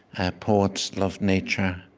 ah poets love nature,